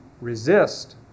resist